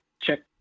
check